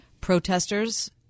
protesters